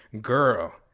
girl